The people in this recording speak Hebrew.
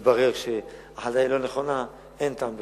יתברר שההכרזה היא לא נכונה, אין טעם בכך.